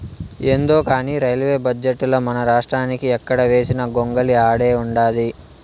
యాందో కానీ రైల్వే బడ్జెటుల మనరాష్ట్రానికి ఎక్కడ వేసిన గొంగలి ఆడే ఉండాది